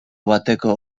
bateko